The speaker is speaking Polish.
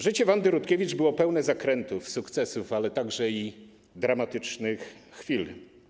Życie Wandy Rutkiewicz było pełne zakrętów, sukcesów, ale także dramatycznych chwil.